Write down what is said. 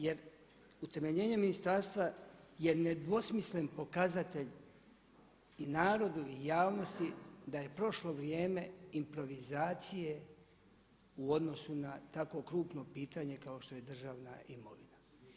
Jer utemeljenje ministarstva je nedvosmislen pokazatelj i narodu i javnosti da je prošlo vrijeme improvizacije u odnosu na tako krupno pitanje kao što je državna imovina.